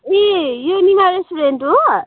ए यो निमा रेस्टुरेन्ट हो